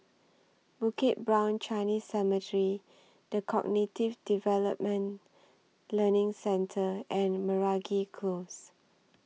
Bukit Brown Chinese Cemetery The Cognitive Development Learning Centre and Meragi Close